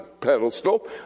pedestal